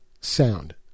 sound